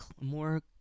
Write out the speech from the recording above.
more